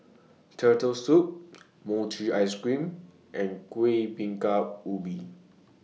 Turtle Soup Mochi Ice Cream and Kueh Bingka Ubi